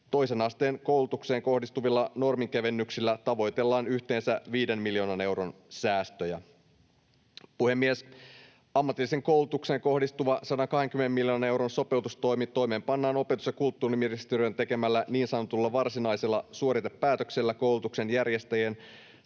Toisen asteen koulutukseen kohdistuvilla norminkevennyksillä tavoitellaan yhteensä viiden miljoonan euron säästöjä. Puhemies! Ammatilliseen koulutukseen kohdistuva 120 miljoonan euron sopeutustoimi toimeenpannaan opetus- ja kulttuuriministeriön tekemällä niin sanotulla varsinaisella suoritepäätöksellä koulutuksen järjestäjien